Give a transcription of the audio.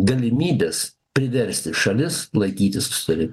galimybės priversti šalis laikytis susitari